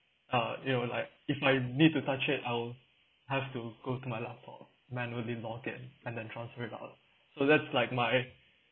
uh you know like if I need to touch it I'll have to go to my laptop manually log in and then transfer it out so that's like my